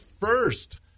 first